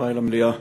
חברי למליאה,